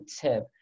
tip